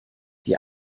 die